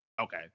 Okay